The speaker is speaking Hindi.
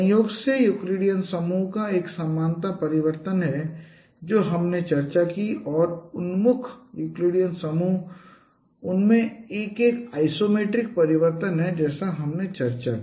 संयोग से यूक्लिडियन समूह एक समानता परिवर्तन है जो हमने चर्चा की और उन्मुख यूक्लिडियन समूह उनमें से एक एक आइसोमेट्रिक परिवर्तन है जैसा हमने चर्चा की